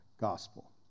gospel